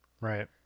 Right